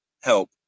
help